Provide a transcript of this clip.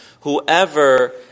whoever